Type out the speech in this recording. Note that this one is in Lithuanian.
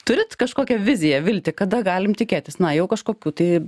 turit kažkokią viziją viltį kada galim tikėtis na jau kažkokių tai